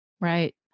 Right